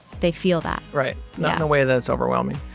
they feel that, right. not in the way that it's overwhelming.